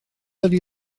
ydy